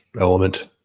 element